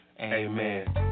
Amen